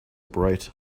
bright